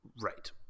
Right